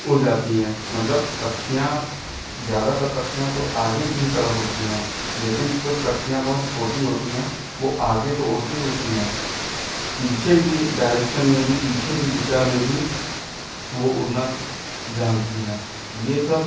उड़ जाती हैं मतलब पक्षियाँ ज़्यादातर पक्षियाँ तो आगे की ही तरफ उड़ती हैं लेकिन कुछ पक्षियाँ बहुत छोटी होती हैं वह आगे तो उड़ती उड़ती हैं पीछे की डायरेक्शन में भी पीछे की दिशा में भी वह उड़ना जानती हैं यह सब